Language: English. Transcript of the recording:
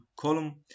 column